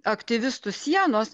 aktyvistų sienos